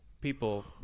people